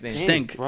stink